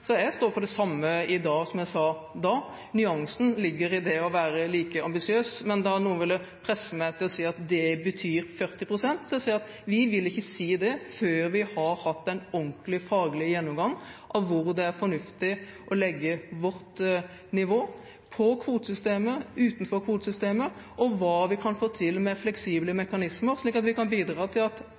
Så jeg står for det samme i dag som jeg sa da. Nyansen ligger i det å være like ambisiøs. Men da noen ville presse meg til å si at det betyr 40 pst., så sier jeg at vi vil ikke si det før vi har hatt en ordentlig faglig gjennomgang av hvor det er fornuftig å legge vårt nivå på kvotesystemet, utenfor kvotesystemet og se hva vi kan få til med fleksible mekanismer slik at vi kan bidra til at